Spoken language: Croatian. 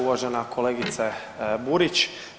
Uvažena kolegice Burić.